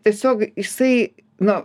tiesiog jisai nu